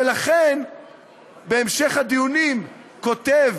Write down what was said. ולכן בהמשך הדיונים כותב